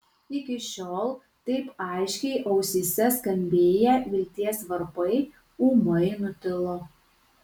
iki šiol taip aiškiai ausyse skambėję vilties varpai ūmai nutilo